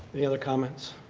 other comments?